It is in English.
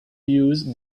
use